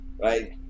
right